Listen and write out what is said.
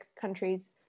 countries